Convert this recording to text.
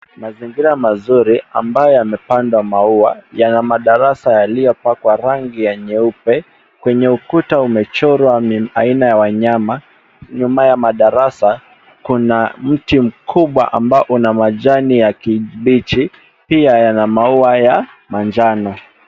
Mazingira mazuri ambayo yamepandwa maua, yana madarasa yaliyopakwa rangi ya nyeupe. Kwenye ukuta umechorwa aina ya wanyama. Nyuma ya madarasa kuna mti mkubwa ambao una majani ya kibichi, pia yana maua ya manjano.